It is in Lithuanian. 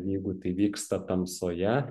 jeigu tai vyksta tamsoje